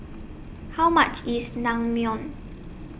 How much IS Naengmyeon